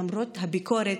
למרות הביקורת,